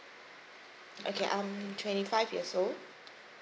okay I'm twenty five years old